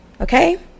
Okay